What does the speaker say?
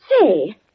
Say